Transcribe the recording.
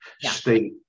state